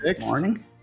morning